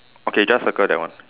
okay just circle that one